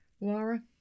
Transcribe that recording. Laura